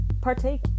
partake